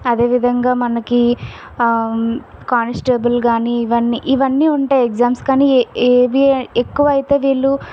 అదేవిధంగా మనకి కానిస్టేబుల్ కానీ ఇవన్నీ ఇవన్నీ ఉంటాయి ఎగ్జామ్స్ కానీ ఏ ఏవి ఎక్కువ అయితే వీళ్ళు